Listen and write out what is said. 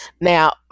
Now